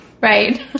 Right